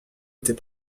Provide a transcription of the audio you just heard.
était